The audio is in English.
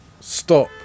stop